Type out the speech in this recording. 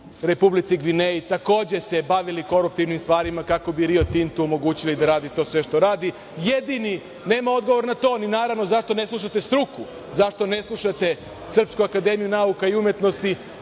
Republici Gvineji takođe se bavili koruptivnim stvarima, kako bi Rio Tintu omogućili da radi to sve što radi. Nema odgovor na to, ni naravno - zašto ne slušate struku, zašto ne slušate SANU i većinu stručnjaka